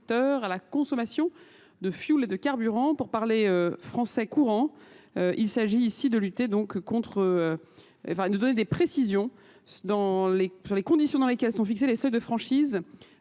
à la consommation de fioul et de carburant. Pour parler français courant, il s'agit ici de donner des précisions sur les conditions dans lesquelles sont fixés les seuils de franchise